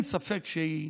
אין ספק שהיא